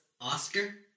Oscar